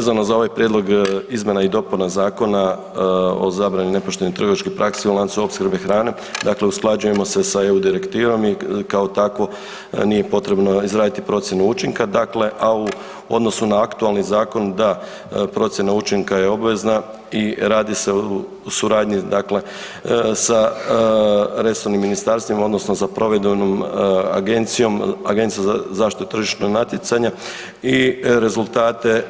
Vezano za ovaj prijedlog izmjena i dopuna Zakona o zabrani nepoštenih trgovačkih praksi u lancu opskrbi hrane, dakle usklađujemo se sa EU direktivom i kao takvo nije potrebno izraditi procjenu učinka, dakle, a u odnosu na aktualni zakon, da, procjena učinka je obvezna i radi se u suradnji dakle sa resornim ministarstvima, odnosno za provedbenom agencijom, AZTN-om i rezultate